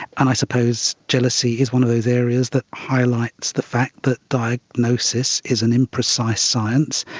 and i suppose jealousy is one of those areas that highlights the fact that diagnosis is an imprecise science,